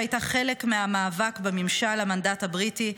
שהייתה חלק מהמאבק בממשל המנדט הבריטי,